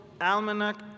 Almanac